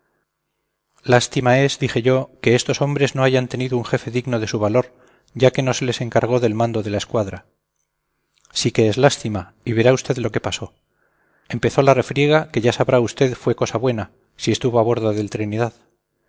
hacerlo lástima es dije yo que estos hombres no hayan tenido un jefe digno de su valor ya que no se les encargó del mando de la escuadra sí que es lástima y verá usted lo que pasó empezó la refriega que ya sabrá usted fue cosa buena si estuvo a bordo del trinidad